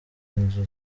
inzu